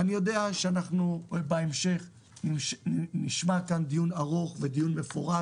אני יודע שבהמשך נשמע כאן דיון ארוך ודיון מפורט